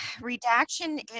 redaction